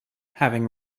having